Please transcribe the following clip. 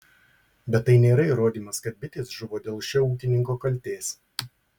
bet tai nėra įrodymas kad bitės žuvo dėl šio ūkininko kaltės